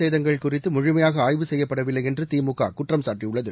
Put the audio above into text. சேதங்கள் குறித்துமுழமையாகஆய்வு செய்யப்படவில்லைஎன்றுதிமுககுற்றம் சாட்டியுள்ளது